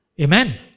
Amen